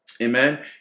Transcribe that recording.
Amen